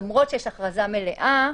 למרות שיש הכרזה מלאה,